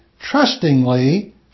trustingly